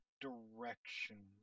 direction